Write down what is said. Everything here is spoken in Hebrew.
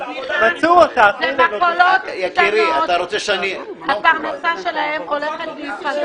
זה מכולות קטנות - הפרנסה שלהם הולכת להיפגע.